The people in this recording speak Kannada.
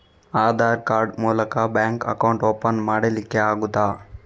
ಆಧಾರ್ ಕಾರ್ಡ್ ಮೂಲಕ ಬ್ಯಾಂಕ್ ಅಕೌಂಟ್ ಓಪನ್ ಮಾಡಲಿಕ್ಕೆ ಆಗುತಾ?